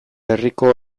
herriko